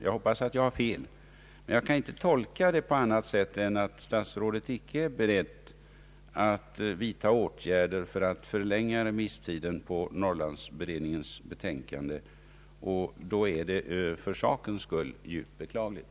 Jag hoppas att jag har fel, men jag kan inte tolka interpellationssvaret på annat sätt än att statsrådet icke är beredd att vidta åtgärder för att förlänga remisstiden för Norrlandsberedningens betänkande, och det är för sakens skull djupt beklagligt.